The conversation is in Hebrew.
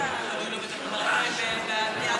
אני לא.